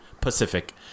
Pacific